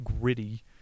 gritty